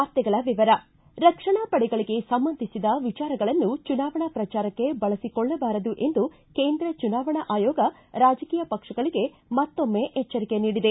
ವಾರ್ತೆಗಳ ವಿವರ ರಕ್ಷಣಾ ಪಡೆಗಳಿಗೆ ಸಂಬಂಧಿಸಿದ ವಿಚಾರಗಳನ್ನು ಚುನಾವಣಾ ಪ್ರಚಾರಕ್ಷೆ ಬಳಸಿಕೊಳ್ಳಬಾರದು ಎಂದು ಕೇಂದ್ರ ಚುನಾವಣಾ ಆಯೋಗ ರಾಜಕೀಯ ಪಕ್ಷಗಳಿಗೆ ಮತ್ತೊಮ್ಮೆ ಎಚ್ಚರಿಕೆ ನೀಡಿದೆ